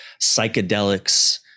psychedelics